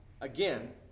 Again